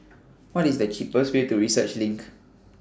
What IS The cheapest Way to Research LINK